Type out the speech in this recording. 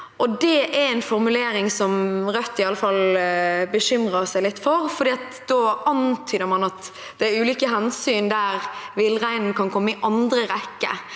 Det er en formulering som Rødt i alle fall bekymrer seg litt for, for da antyder man at det er ulike hensyn der villreinen kan komme i andre rekke.